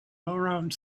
around